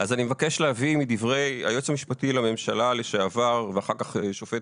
אני מבקש להביא מדברי היועץ המשפטי לממשלה לשעבר ואחר כך שופט